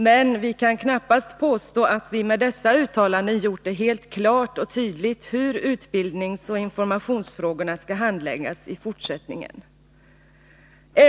Men vi kan knappast påstå att vi med dessa uttalanden har gjort det helt klart och tydligt hur utbildningsoch informationsfrågorna skall handläggas i fortsättningen.